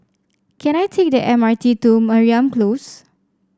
can I take the M R T to Mariam Close